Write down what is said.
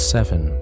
Seven